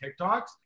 TikToks